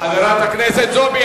חברת הכנסת זועבי,